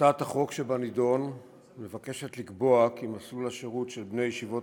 הצעת החוק שבנדון מבקשת לקבוע כי מסלול השירות של בני ישיבות